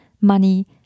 money